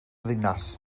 ddinas